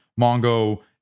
Mongo